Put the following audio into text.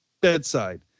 bedside